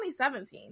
2017